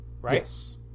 right